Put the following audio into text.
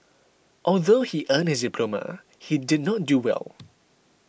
although he earned his diploma he did not do well